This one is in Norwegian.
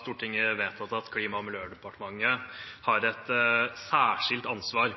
Stortinget har vedtatt at Klima- og miljødepartementet har et særskilt ansvar